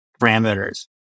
parameters